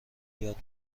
یاد